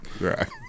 Right